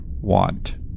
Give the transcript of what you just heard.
want